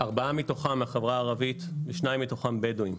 ארבעה מתוכם מהחברה הערבית, שניים מתוכם בדווים.